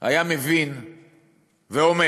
הוא היה מבין ואומר